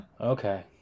Okay